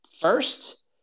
first